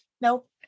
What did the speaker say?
nope